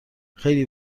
خیلی